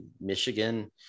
Michigan